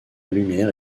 lumière